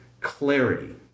clarity